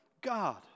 God